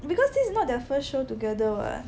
because this is not their first show together [what]